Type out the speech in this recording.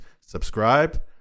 subscribe